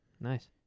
Nice